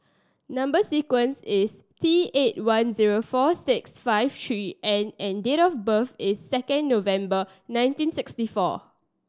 number sequence is T eight one zero four six five three N and date of birth is second November nineteen sixty four